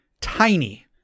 tiny